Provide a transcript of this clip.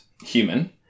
Human